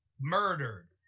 murdered